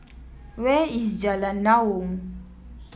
where is Jalan Naung